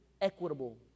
equitable